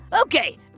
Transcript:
okay